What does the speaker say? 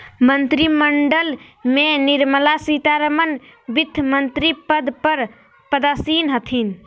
मंत्रिमंडल में निर्मला सीतारमण वित्तमंत्री पद पर पदासीन हथिन